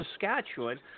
Saskatchewan